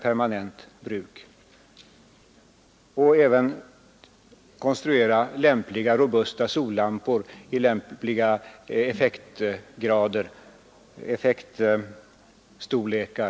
Likaså kunde det lätt konstrueras robusta sollampor med lämpliga effekter för de psoriasissjuka.